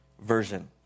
Version